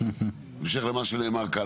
בהמשך למה שנאמר כאן,